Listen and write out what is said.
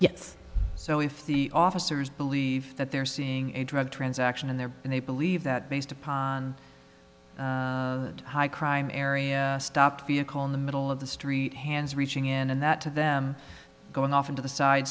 if the officers believe that they're seeing a drug transaction in there and they i believe that based upon high crime area stop vehicle in the middle of the street hands reaching in and that to them going off into the side